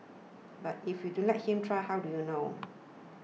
but if you do let him try how do you know